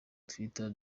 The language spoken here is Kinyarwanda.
twitter